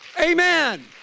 Amen